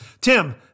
Tim